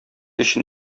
өчен